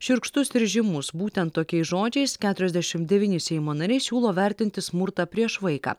šiurkštus ir žymus būtent tokiais žodžiais keturiasdešimt devyni seimo nariai siūlo vertinti smurtą prieš vaiką